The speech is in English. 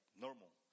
normal